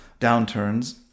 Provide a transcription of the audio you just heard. downturns